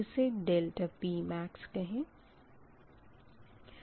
इसे ∆Qmax कहेंगे